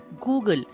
Google